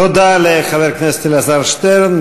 תודה לחבר הכנסת אלעזר שטרן.